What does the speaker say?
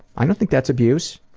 i don't think that's abuse.